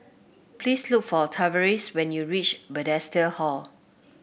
please look for Tavares when you reach Bethesda Hall